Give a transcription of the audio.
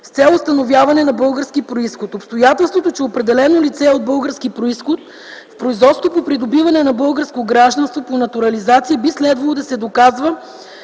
с цел установяване на български произход. Обстоятелството, че определено лице е от български произход, в производството по придобиване на българско гражданство по натурализация би следвало да се доказва